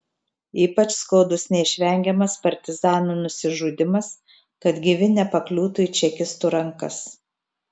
ypač skaudus neišvengiamas partizanų nusižudymas kad gyvi nepakliūtų į čekistų rankas